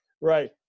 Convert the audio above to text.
Right